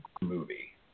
movie